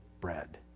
bread